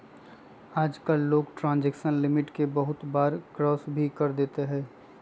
आजकल लोग transaction limit के बहुत बार क्रास भी कर देते हई